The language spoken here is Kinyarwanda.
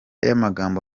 y’amagambo